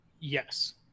Yes